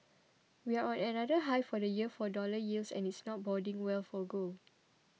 we're on another high for the year for dollar yields and it's not boding well for good